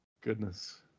Goodness